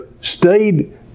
stayed